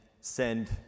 send